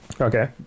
Okay